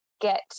get